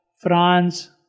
France